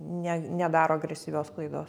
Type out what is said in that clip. ne nedaro agresyvios sklaidos